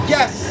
Yes